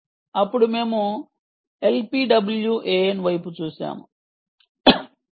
అప్పుడు మేము LPWAN వైపు చూశాము